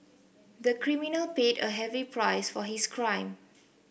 the criminal paid a heavy price for his crime